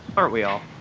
aren't we all.